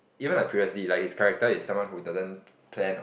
even like previously like his character is someone who doesn't plan on